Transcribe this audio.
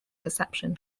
perception